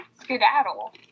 skedaddle